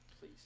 Please